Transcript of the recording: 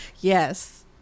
Yes